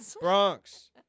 Bronx